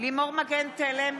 טטיאנה מזרסקי,